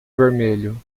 vermelho